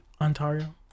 Ontario